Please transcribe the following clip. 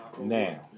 now